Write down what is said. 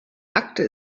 akte